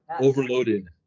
overloaded